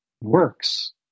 works